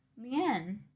Leanne